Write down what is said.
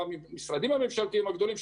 במשרדים הממשלתיים הגדולים.